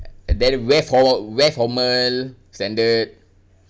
and then wear for~ wear formal standard